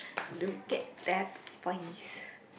look at that voice